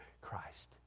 Christ